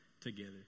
together